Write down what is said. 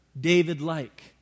David-like